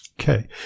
Okay